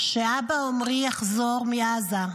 שאבא עמרי יחזור מעזה.